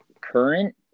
Current